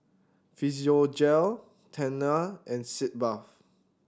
Physiogel Tena and Sitz Bath